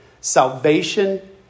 salvation